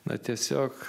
na tiesiog